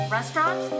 Restaurant